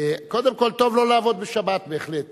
קודם כול, טוב לא לעבוד בשבת, בהחלט.